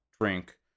drink